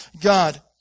God